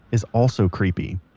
is also creepy.